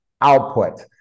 output